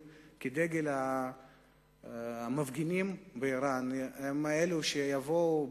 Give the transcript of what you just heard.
עם דגל המפגינים באירן הם אלה שיבואו,